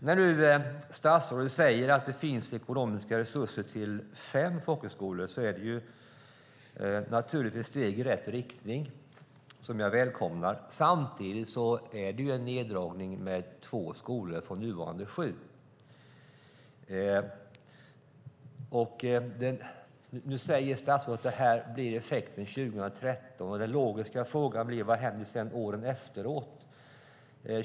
När nu statsrådet säger att det finns ekonomiska resurser till fem folkhögskolor är det naturligtvis ett steg i rätt riktning som jag välkomnar. Samtidigt är det en neddragning med två skolor från nuvarande sju. Nu säger statsrådet att detta blir effekten 2013. Den logiska frågan blir: Vad händer åren efteråt?